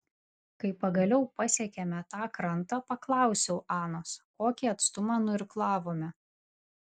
kai pagaliau pasiekėme tą krantą paklausiau anos kokį atstumą nuirklavome